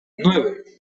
nueve